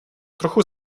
trochu